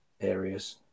areas